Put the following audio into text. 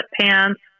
Pants